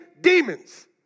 demons